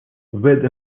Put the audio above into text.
with